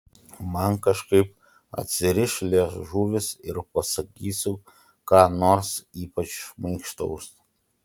man kažkaip atsiriš liežuvis ir pasakysiu ką nors ypač šmaikštaus